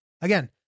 Again